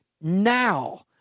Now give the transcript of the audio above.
Now